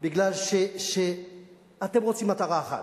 בגלל שאתם רוצים מטרה אחת,